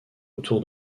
autour